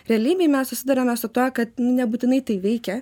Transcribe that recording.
realybėj mes susiduriame su tuo kad nu nebūtinai tai veikia